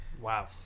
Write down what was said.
Wow